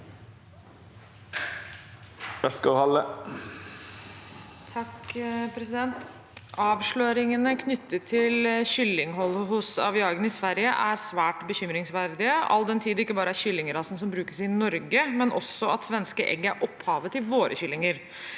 «Avsløringe- ne knyttet til kyllingholdet hos Aviagen i Sverige er svært bekymringsverdige, all den tid dette ikke bare er kyllingrasen som brukes i Norge, men også at svenske egg er opphavet til våre kyllinger.